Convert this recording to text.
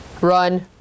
Run